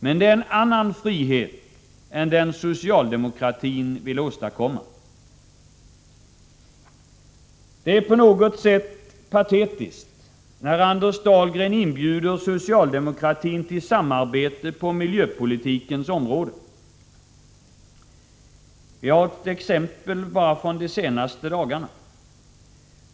Men det är en annan frihet än den som socialdemokratin vill åstadkomma. Det är på något sätt patetiskt när Anders Dahlgren inbjuder socialdemokratin till samarbete på miljöpolitikens område. Jag har ett exempel från de senaste dagarna.